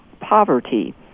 Poverty